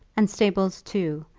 and stables too,